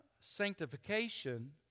sanctification